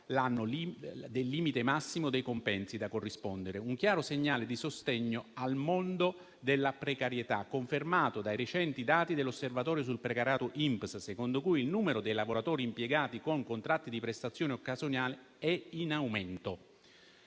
10.000 del limite massimo dei compensi da corrispondere, un chiaro segnale di sostegno al mondo della precarietà, confermato dai recenti dati dell'osservatorio sul precariato INPS, secondo cui il numero dei lavoratori impiegati con contratti di prestazione occasionale è in aumento.